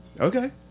Okay